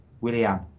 William